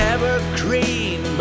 Evergreen